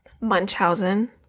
Munchausen